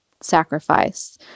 sacrifice